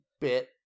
bit